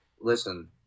Listen